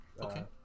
Okay